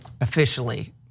officially